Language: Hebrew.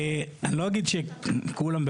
לא אגיד שכולם,